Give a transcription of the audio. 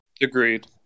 Agreed